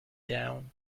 down